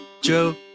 Joe